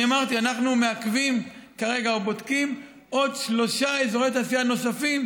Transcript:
אני אמרתי: אנחנו מעכבים כרגע או בודקים עוד שלושה אזורי תעשייה נוספים,